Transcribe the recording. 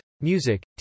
music